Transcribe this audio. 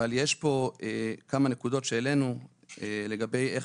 אבל יש פה כמה נקודות שהעלינו לגבי איך